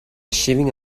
shaving